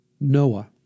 Noah